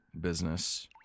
business